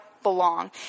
Belong